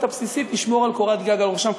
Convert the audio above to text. הבסיסית לשמור על קורת גג מעל ראשם.